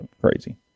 Crazy